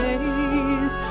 Days